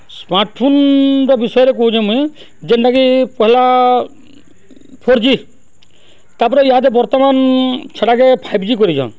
ସ୍ମାର୍ଟ୍ଫୋନ୍ର ବିଷୟରେ କହୁଚେଁ ମୁଇଁ ଯେନ୍ଟାକି ପହେଲା ଫୋର୍ ଜି ତା'ପରେ ଇହାଦେ ବର୍ତ୍ତମାନ୍ ସେଟାକେ ଫାଇବ୍ ଜି କରିଛନ୍